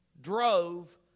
drove